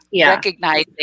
recognizing